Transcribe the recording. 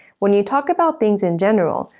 when you talk about things in general,